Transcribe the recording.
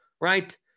right